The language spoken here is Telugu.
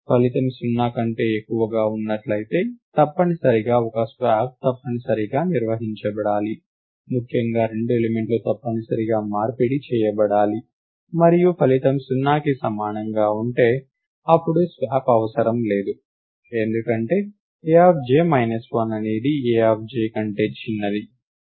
ఫలితం 0 కంటే ఎక్కువగా ఉన్నట్లయితే తప్పనిసరిగా ఒక స్వాప్ తప్పనిసరిగా నిర్వహించబడాలి ముఖ్యంగా రెండు ఎలిమెంట్లు తప్పనిసరిగా మార్పిడి చేయబడాలి మరియు ఫలితం 0కి సమానంగా ఉంటే అప్పుడు స్వాప్ అవసరం లేదు ఎందుకంటే AJ 1 అనేది AJ కంటే చిన్నది